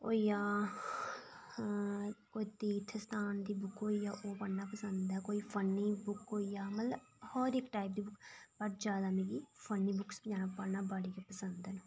होई गेआ कोई तीर्थ स्थान दी बुक होई जा ओह् पढ़ना पसंद ऐ कोई फन्नी बुक होई जा मतलब हर इक टाईप दी पर जैदा मिगी फन्नी बुक्कां पढ़ना बड़ी पसंद न